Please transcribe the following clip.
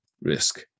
risk